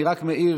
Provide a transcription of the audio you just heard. אני רק מעיר.